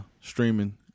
streaming